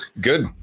good